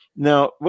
Now